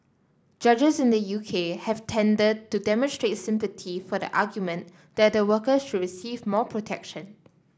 judges in the U K have tended to demonstrate sympathy for the argument that the workers should receive more protection